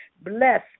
bless